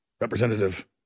Representative